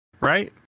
right